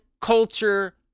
culture